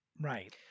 Right